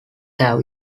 have